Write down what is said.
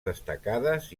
destacades